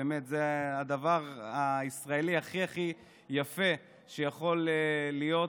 זה הדבר הישראלי הכי הכי יפה שיכול להיות,